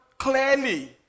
Clearly